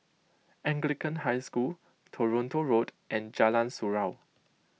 Anglican High School Toronto Road and Jalan Surau